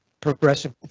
progressive